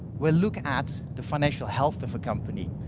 we'll look at the financial health of a company.